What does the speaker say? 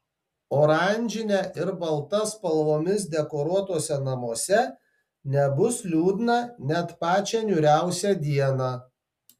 oranžine ir balta spalvomis dekoruotuose namuose nebus liūdna net pačią niūriausią dieną